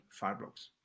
Fireblocks